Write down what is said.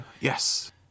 Yes